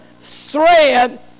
thread